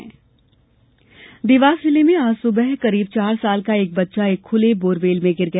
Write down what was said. borewell दुर्घटना देवास जिले में आज सुबह करीब चार साल का एक बच्चा एक खूले बोरवेल में गिर गया